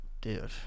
Dude